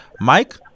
Mike